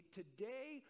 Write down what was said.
today